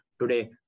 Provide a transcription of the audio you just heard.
Today